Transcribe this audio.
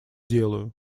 делаю